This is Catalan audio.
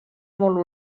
molt